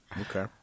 Okay